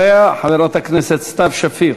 אחריה, חברת הכנסת סתיו שפיר.